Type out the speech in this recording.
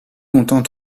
comptant